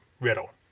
riddle